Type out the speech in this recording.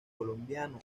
colombiano